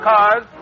Cars